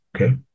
okay